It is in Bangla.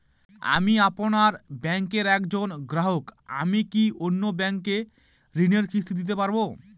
আমি আপনার ব্যাঙ্কের একজন গ্রাহক আমি কি অন্য ব্যাঙ্কে ঋণের কিস্তি দিতে পারবো?